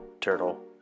Turtle